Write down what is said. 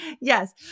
Yes